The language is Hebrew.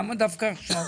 למה דווקא עכשיו?